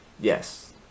Yes